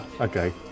Okay